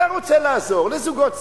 אתה רוצה לעזור לזוגות צעירים,